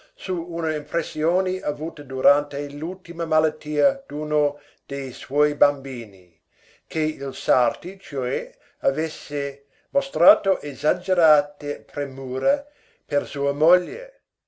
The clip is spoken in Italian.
su una impressione avuta durante l'ultima malattia d'uno dei suoi bambini che il sarti cioè avesse mostrato esagerate premure per sua moglie